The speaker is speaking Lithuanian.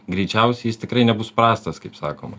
greičiausiai jis tikrai nebus prastas kaip sakoma